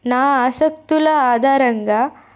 నా ఆసక్తుల ఆధారంగా